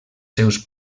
seus